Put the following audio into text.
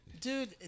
Dude